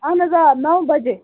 اَہن حظ آ نَو بَجے